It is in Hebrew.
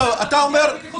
איזה בטיחות?